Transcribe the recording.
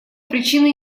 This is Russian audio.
причины